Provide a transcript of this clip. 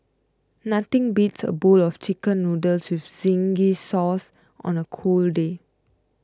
nothing beats a bowl of Chicken Noodles with Zingy Red Sauce on a cold day